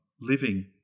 living